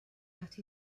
that